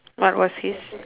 what was his